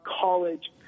college